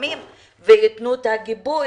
מסוימים וייתנו גיבוי,